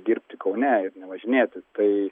dirbti kaune ir nevažinėti tai